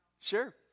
Sure